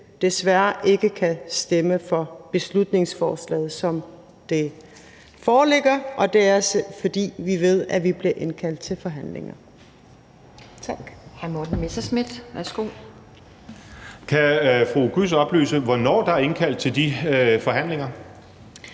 desværre ikke kan stemme for beslutningsforslaget, som det foreligger, og det er, fordi vi ved, at vi bliver indkaldt til forhandlinger.